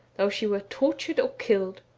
though she were tortured or killed.